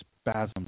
spasms